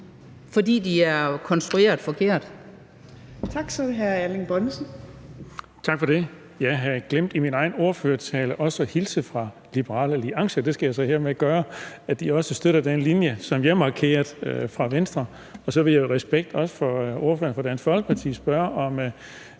Erling Bonnesen (V): Tak for det. Jeg havde glemt i min egen ordførertale også at hilse fra Liberal Alliance, og det skal jeg så hermed gøre, og sige, at de også støtter den linje, som jeg markerede fra Venstres side. Så vil jeg jo også i respekt for ordføreren fra Dansk Folkeparti spørge,